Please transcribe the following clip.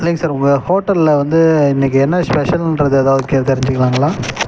இல்லேங்க சார் உங்க ஹோட்டலில் வந்து இன்றைக்கி என்ன ஸ்பெஷல்ன்றது ஏதாவது கே தெரிஞ்சுக்கலாங்களா